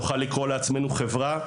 נוכל לקרוא לעצמנו חברה,